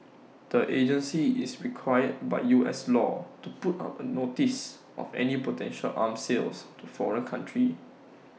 the agency is required by U S law to put up A notice of any potential arm sales to foreign countries